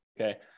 okay